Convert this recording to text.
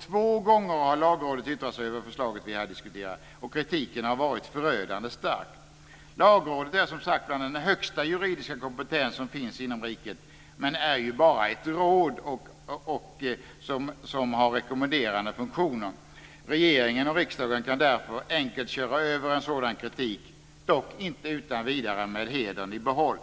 Två gånger har lagrådet yttrat sig över förslaget vi här diskuterar, och kritiken har varit förödande stark. Lagrådet hör som sagt till den högsta juridiska kompetens som finns inom riket, men är bara ett råd som har rekommenderande funktioner. Regeringen och riksdagen kan därför enkelt köra över en sådan kritik. Dock inte utan vidare med hedern i behåll.